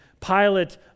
Pilate